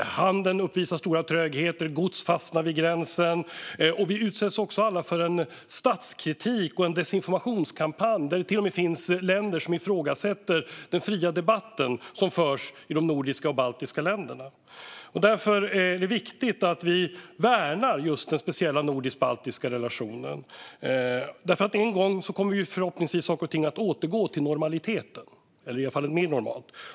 Handeln uppvisar stora trögheter. Gods fastnar vid gränsen. Vi utsätts också alla för en statskritik och en desinformationskampanj där det till och med finns länder som ifrågasätter den fria debatt som förs i de nordiska och de baltiska länderna. Därför är det viktigt att vi värnar just den speciella nordisk-baltiska relationen. En gång kommer ju saker och ting förhoppningsvis att återgå till normaliteten eller i alla fall bli mer normala.